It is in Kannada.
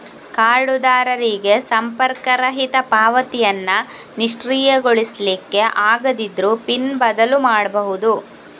ಕಾರ್ಡುದಾರರಿಗೆ ಸಂಪರ್ಕರಹಿತ ಪಾವತಿಯನ್ನ ನಿಷ್ಕ್ರಿಯಗೊಳಿಸ್ಲಿಕ್ಕೆ ಆಗದಿದ್ರೂ ಪಿನ್ ಬದಲು ಮಾಡ್ಬಹುದು